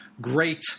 great